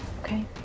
Okay